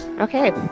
okay